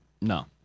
No